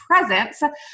presence